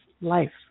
life